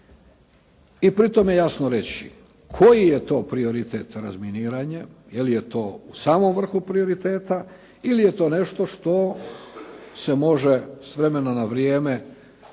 i pri tome jasno reći, koji je to prioritet razminiranje, je li je to u samom vrhu prioriteta ili je to nešto što se može s vremena na vrijeme, kako se